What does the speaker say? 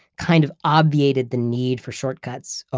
kind of obviated the need for shortcuts.